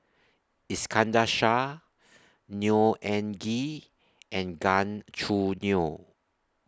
Iskandar Shah Neo Anngee and Gan Choo Neo